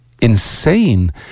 insane